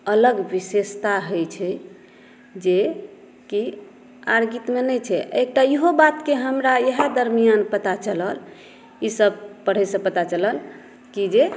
अलग विशेषता होइ छै जे की आर गीतमे नहि छै एकटा इहो बातक हमरा इएहै दरमियान पता चलल ई सभ पढेसँ पता चलल की जे